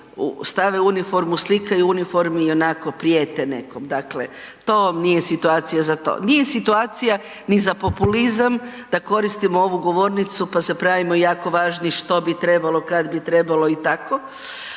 stave u uniformu, slikaju u uniformi i onako prijete nekom. Dakle, to vam nije situacija za to. Nije situacija ni za populizam da koristimo ovu govornicu pa se pravimo jako važni što bi trebalo, kad bi trebalo i tako,